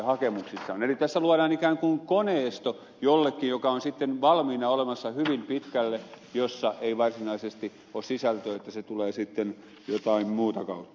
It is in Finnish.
eli tässä luodaan ikään kuin koneisto jollekin joka on sitten valmiina olemassa hyvin pitkälle jossa ei varsinaisesti ole sisältöä että se tulee sitten jotain muuta kautta